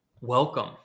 Welcome